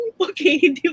okay